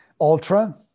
Ultra